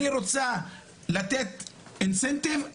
אני רוצה לתת אינסנטיב,